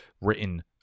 written